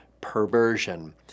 perversion